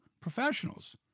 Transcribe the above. professionals